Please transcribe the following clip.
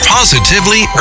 Positively